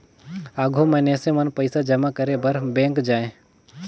आघु मइनसे मन पइसा जमा करे बर बेंक जाएं